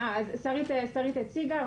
שרית הציגה,